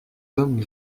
hommes